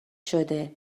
شده